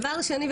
דבר שני,